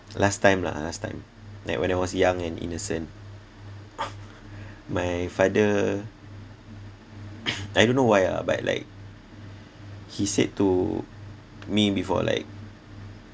last time lah last time like when I was young and innocent my father I don't know why ah but like he said to me before like